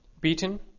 beaten